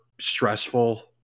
stressful